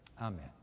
Amen